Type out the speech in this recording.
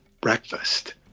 breakfast